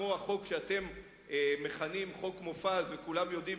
כמו החוק שאתם מכנים "חוק מופז" וכולם יודעים